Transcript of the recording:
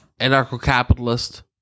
anarcho-capitalist